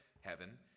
heaven